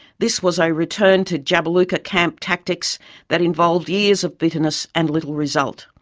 this was a return to jabiluka camp tactics that involved years of bitterness and little result.